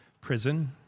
prison